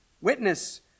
Witness